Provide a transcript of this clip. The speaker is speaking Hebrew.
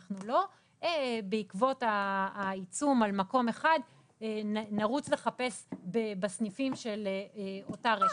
אנחנו לא בעקבות העיצום על מקום אחד נרוץ לחפש בסניפים של אותה רשת.